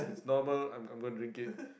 it's normal I'm I'm gonna drink it